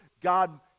God